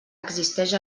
existeix